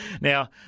Now